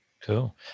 cool